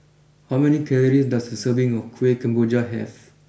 how many calories does a serving of Kueh Kemboja have